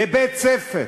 בבית-ספר,